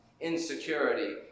insecurity